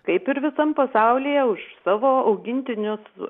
kaip ir visam pasaulyje už savo augintinius